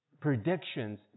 predictions